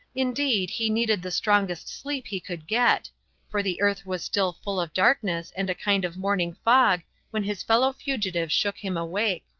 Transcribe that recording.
indeed, he needed the strongest sleep he could get for the earth was still full of darkness and a kind of morning fog when his fellow-fugitive shook him awake.